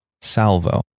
Salvo